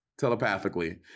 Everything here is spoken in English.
telepathically